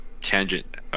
tangent